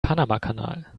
panamakanal